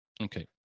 okay